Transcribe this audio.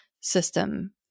system